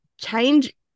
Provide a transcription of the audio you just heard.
change